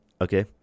Okay